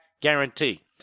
guarantee